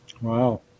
Wow